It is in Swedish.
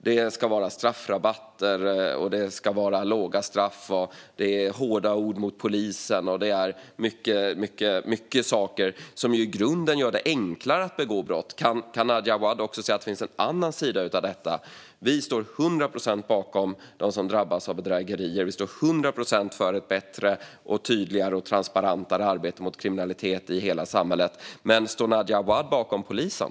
Det ska vara straffrabatter, det ska vara låga straff, det är hårda ord mot polisen och många saker som i grunden gör det enklare att begå brott. Kan Nadja Awad också se att det finns en annan sida av detta? Vi står till hundra procent bakom dem som drabbas av bedrägerier. Vi står till hundra procent för ett bättre, tydligare och transparentare arbete mot kriminalitet i hela samhället. Står Nadja Awad bakom polisen?